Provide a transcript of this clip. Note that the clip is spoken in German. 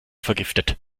vergiftet